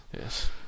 Yes